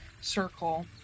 circle